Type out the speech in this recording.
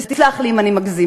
ותסלח לי אם אני מגזימה.